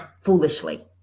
foolishly